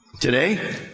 Today